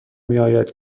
میآید